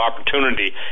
opportunity